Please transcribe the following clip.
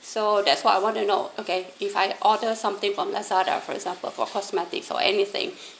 so that's what I want to know okay if I order something from Lazada for example for cosmetics or anything